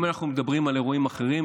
אם אנחנו מדברים על אירועים אחרים,